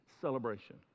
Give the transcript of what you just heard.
celebration